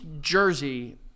Jersey